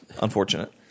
Unfortunate